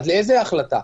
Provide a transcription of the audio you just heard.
עד איזו החלטה?